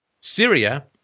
Syria